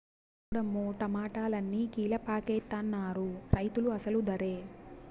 సూడమ్మో టమాటాలన్ని కీలపాకెత్తనారు రైతులు అసలు దరే